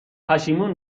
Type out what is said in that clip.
پشیمون